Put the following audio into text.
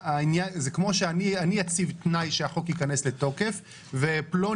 זה כמו שאני אציב תנאי שהחוק ייכנס לתוקף ופלוני